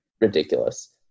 Ridiculous